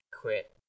quit